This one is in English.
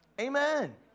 Amen